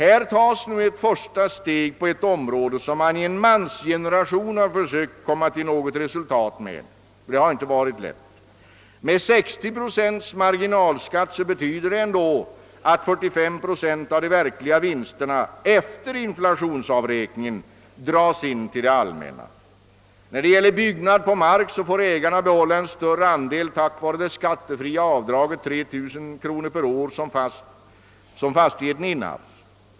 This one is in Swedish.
Här tas nu ett första steg på ett område, där man under en generation försökt komma till ett resultat. Det har inte varit lätt. Med 60 procents marginalskatt betyder det ändå att 45 procent av de verkliga vinsterna efter inflationsavräkningen dras in till det allmänna. När det gäller byggnad på mark får ägaren behålla en större andel tack vare det skattefria avdraget på 3 000 kronor för varje år som fastigheten innehafts.